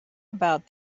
about